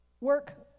work